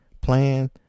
plan